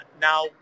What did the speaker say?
Now